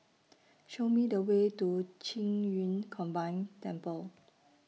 Show Me The Way to Qing Yun Combined Temple